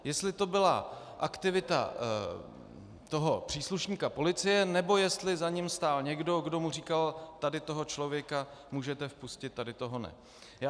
Jestli to byla aktivita toho příslušníka policie, nebo jestli za ním stál někdo, kdo mu říkal: tady toho člověka můžete vpustit, tady toho ne.